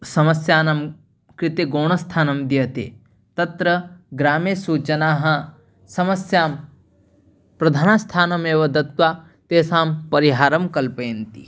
समस्यानां कृते गोणस्थानं दीयते तत्र ग्रामेषु जनाः समस्यां प्रधानस्थानमेव दत्वा तेषां परिहारं कल्पयन्ति